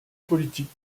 politique